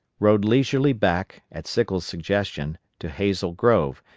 rode leisurely back, at sickles' suggestion, to hazel grove,